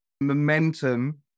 momentum